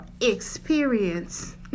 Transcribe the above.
experience